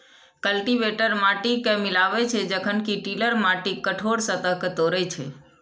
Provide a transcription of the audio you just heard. cultivator माटि कें मिलाबै छै, जखन कि टिलर माटिक कठोर सतह कें तोड़ै छै